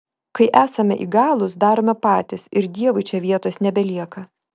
kai esame įgalūs darome patys ir dievui čia vietos nebelieka